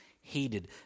hated